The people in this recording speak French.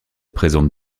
présente